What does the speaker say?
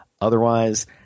Otherwise